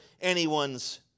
anyone's